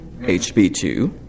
HB2